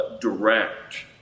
direct